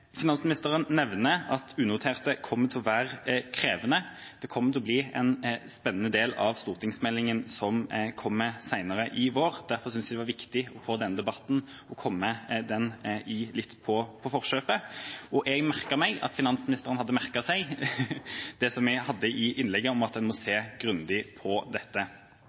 Finansministeren nevnte at unoterte investeringer kommer til å være krevende. Det kommer til å bli en spennende del av stortingsmeldinga som kommer senere i vår. Derfor synes jeg det var viktig å komme den debatten litt i forkjøpet. Jeg merket meg at finansministeren hadde merket seg det jeg sa i innlegget om at man må se grundig på dette.